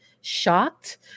shocked